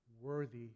worthy